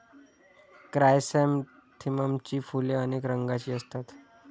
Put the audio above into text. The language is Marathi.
क्रायसॅन्थेममची फुले अनेक रंगांची असतात